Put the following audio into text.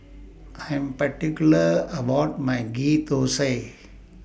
I Am particular about My Ghee Thosai